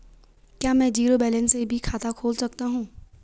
क्या में zero balance से भी खाता खोल सकता हूँ?